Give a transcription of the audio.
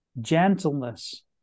gentleness